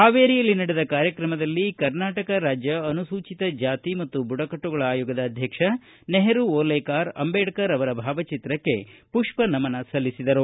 ಹಾವೇರಿಯಲ್ಲಿ ನಡೆದ ಕಾರ್ಯಕ್ರಮದಲ್ಲಿ ಕರ್ನಾಟಕ ರಾಜ್ಯ ಅನುಸೂಚಿತ ಜಾತಿ ಮತ್ತು ಬುಡಕಟ್ಟುಗಳ ಆಯೋಗದ ಅಧ್ಯಕ್ಷ ನೆಹರು ಓಲೇಕಾರ ಅಂಬೇಡ್ಕರ್ ಭಾವಚಿತ್ರಕ್ಕೆ ಪುಪ್ಪ ನಮನ ಸಲ್ಲಿಸಿದರು